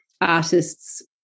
artists